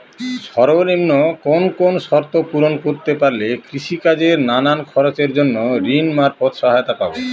সর্বনিম্ন কোন কোন শর্ত পূরণ করতে পারলে কৃষিকাজের নানান খরচের জন্য ঋণ মারফত সহায়তা পাব?